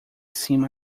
cima